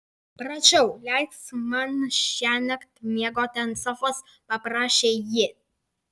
prašau leisk man šiąnakt miegoti ant sofos paprašė ji